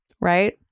Right